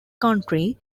country